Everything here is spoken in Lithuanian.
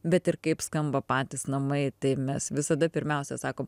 bet ir kaip skamba patys namai tai mes visada pirmiausia sakom